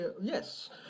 yes